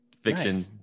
fiction